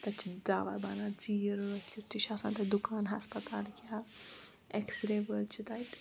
تَتہِ چھُ دَوا بنان ژیٖرۍ رٲتھ کِیُتھ تہِ چھِ آسان تَتہِ دَوا ہسپَتالٕکۍ ییٛلہِ ایکسرے وٲلۍ چھِ تَتہِ